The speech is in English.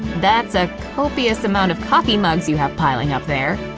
that's a copious amount of coffee mugs you have piling up there.